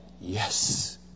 yes